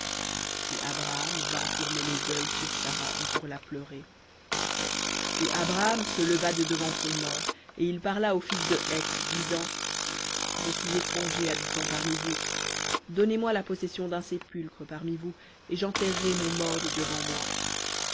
et abraham vint pour mener deuil sur sara et pour la pleurer et abraham se leva de devant son mort et il parla aux fils de heth disant je suis étranger habitant parmi vous donnez-moi la possession d'un sépulcre parmi vous et j'enterrerai mon mort de devant moi